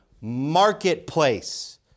marketplace